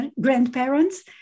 grandparents